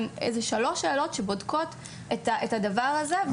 עם שלוש שאלות שבודקות את הדבר הזה.